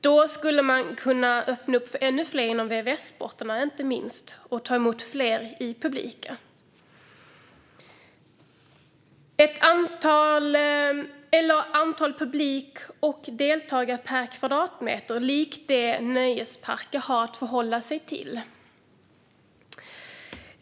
Då skulle man kunna öppna upp för ännu fler, inte minst inom VVS-sporterna, och ta emot fler i publiken. Det kan också röra sig om antalet personer i publiken och antalet deltagare per kvadratmeter, likt det nöjesparker har att förhålla sig till.